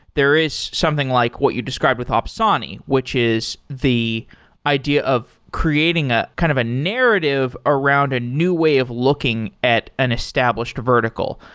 there is something like what you described with opsani, which is the idea of creating a kind of a narrative around a new way of looking at an established vertical.